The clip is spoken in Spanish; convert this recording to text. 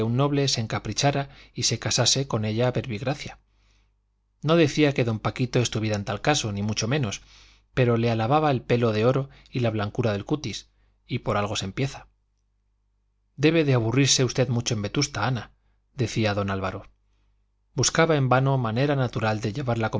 se encaprichara y se casase con ella verbigracia no decía que don paquito estuviera en tal caso ni mucho menos pero le alababa el pelo de oro y la blancura del cutis y por algo se empieza debe de aburrirse usted mucho en vetusta ana decía don álvaro buscaba en vano manera natural de llevar la